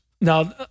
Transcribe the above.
Now